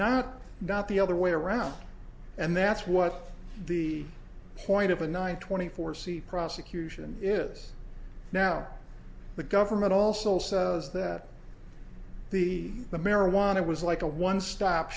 not not the other way around and that's what the point of a nine twenty four c prosecution is now the government also says that the the marijuana was like a one stop